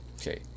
okay